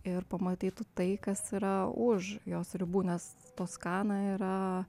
ir pamatytų tai kas yra už jos ribų nes toskana yra